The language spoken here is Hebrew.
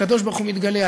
הקדוש-ברוך-הוא מתגלה,